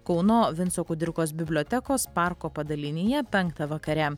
kauno vinco kudirkos bibliotekos parko padalinyje penktą vakare